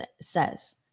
says